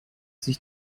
sich